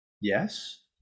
Yes